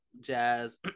jazz